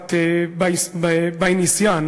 משפחת בייניסיאן.